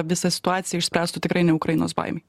visą situaciją išspręstų tikrai ne ukrainos baimei